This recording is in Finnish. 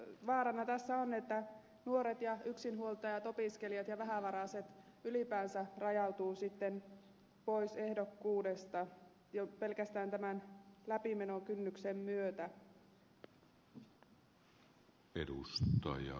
vaarana tässä on että nuoret ja yksinhuoltajat opiskelijat ja vähävaraiset ylipäänsä rajautuvat pois ehdokkuudesta jo pelkästään tämän läpimenokynnyksen myötä